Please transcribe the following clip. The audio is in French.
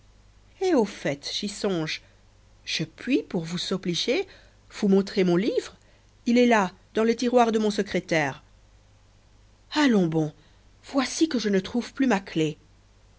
et au fait j'y songe je puis pour vous obliger vous montrer mon livre il est là dans le tiroir de mon secrétaire allons bon voici que je ne trouve plus ma clef